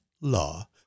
law